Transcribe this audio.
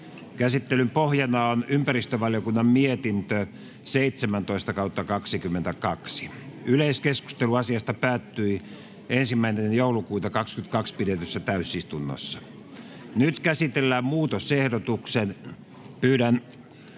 Käsittelyn pohjana on ympäristövaliokunnan mietintö YmVM 17/2022 vp. Yleiskeskustelu asiasta päättyi 1.12.2022 pidetyssä täysistunnossa. Nyt käsitellään muutosehdotukset. Eli nyt